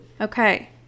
Okay